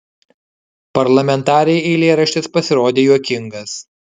parlamentarei eilėraštis pasirodė juokingas